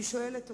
אני שואלת אותו.